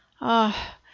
Ah